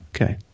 Okay